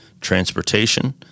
transportation